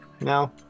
No